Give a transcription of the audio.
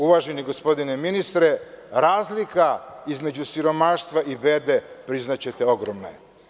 Uvaženi gospodine ministre, razlika između siromaštva i bede, priznaćete, ogromna je.